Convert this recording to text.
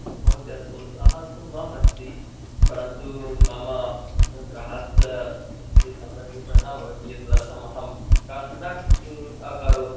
महोदय दोषः तु मम अस्ति परन्तु मम गृहस्स स्थितिः सम्यग्रूपेण न भवति एतदर्थम् अहं कार्यं न अकरोत्